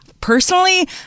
personally